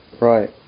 Right